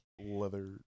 leather